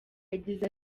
yagize